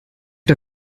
der